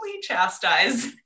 chastise